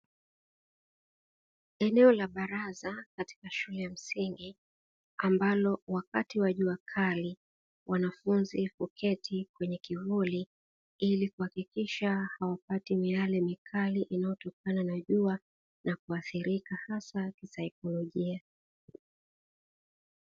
Eneo la baraza katika shule ya msingi, ambalo wakati wa jua kali wanafunzi huketi kwenye kivuli ili kuhakikisha hawapati miale mikali inayotokana na jua, na kuathirika hasa kisaikolojia.